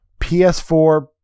PS4